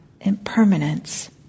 impermanence